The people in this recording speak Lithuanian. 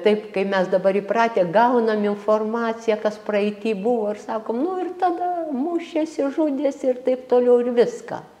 taip kai mes dabar įpratę gaunam informaciją kas praeity buvo ir sakom nu ir tada mušėsi žudėsi ir taip toliau ir viską